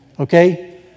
Okay